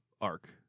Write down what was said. arc